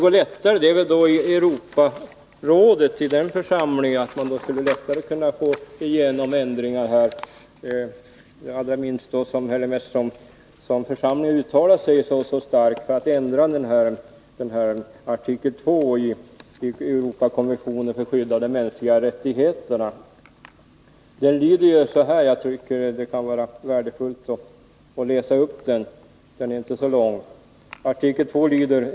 Det borde gå lättare att få igenom ändringar i Europarådet, inte minst eftersom församlingen uttalat sig mycket starkt för ändring av artikel 2 i Europakonventionen för skydd av de mänskliga rättigheterna. Det kan vara värdefullt att få läsa upp den, och den har följande lydelse: ”1.